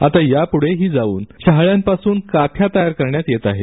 आतायापुढे जाऊन शहाळ्यांपासून काथ्या तयार करण्यात येत आहे